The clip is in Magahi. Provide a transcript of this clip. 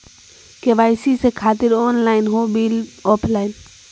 के.वाई.सी से खातिर ऑनलाइन हो बिल ऑफलाइन?